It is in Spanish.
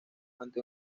ante